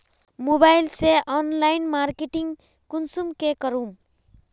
Mobile से online marketing कुंसम के करूम?